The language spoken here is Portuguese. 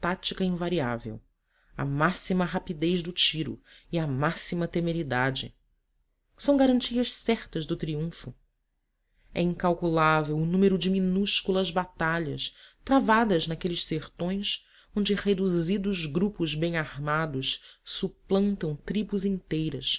tática invariável a máxima rapidez do tiro e a máxima temeridade são garantias certas do triunfo é incalculável o número de minúsculas batalhas travadas naqueles sertões onde reduzidos grupos bem armados suplantam tribos inteiras